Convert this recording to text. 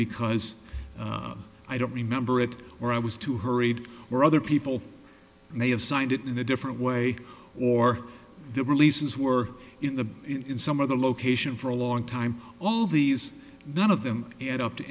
because i don't remember it or i was too hurried or other people may have signed it in a different way or the releases were in the in some other location for a long time all these none of them add up to